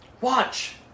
watch